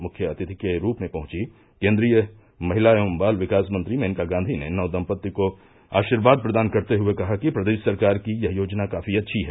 मुख्य अतिथि के रूप में पहुंची केंद्रीय महिला एवं बाल विकास मंत्री मेनका गांधी ने नव दंपति को आशीर्वाद प्रदान करते हुए कहा कि प्रदेश सरकार की यह योजना काफी अच्छी है